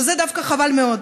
שזה דווקא חבל מאוד.